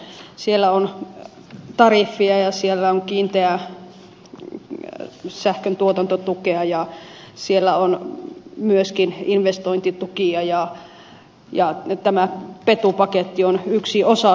siellä on tariffia ja siellä on kiinteää sähköntuotantotukea ja siellä on myöskin investointitukia ja nyt tämä petu paketti on yksi osa siitä